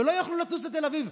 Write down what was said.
ולא יוכלו לטוס לתל אביב,